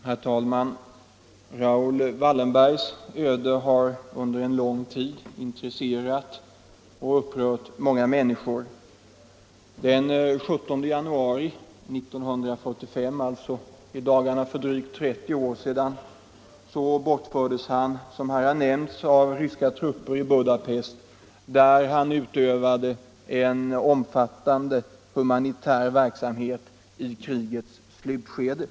Herr talman! Raoul Wallenbergs öde har under en lång tid intresserat och upprört många människor. Den 17 januari 1945, alltså i dagarna för drygt 30 år sedan, bortfördes han, som här har nämnts av ryska trupper i Budapest, där han utövade en omfattande humanitär verksamhet i krigets slutskede.